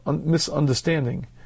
misunderstanding